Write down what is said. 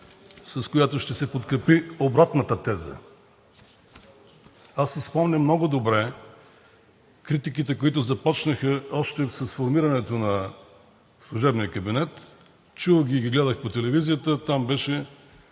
с която ще се подкрепи обратната теза. Аз си спомням много добре критиките, които започнаха със сформирането на Служебния кабинет, чух ги и ги гледах по телевизията, там беше